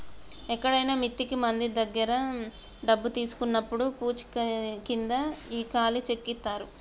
ఎక్కడైనా మిత్తికి మంది దగ్గర డబ్బు తీసుకున్నప్పుడు పూచీకింద ఈ ఖాళీ చెక్ ఇత్తారు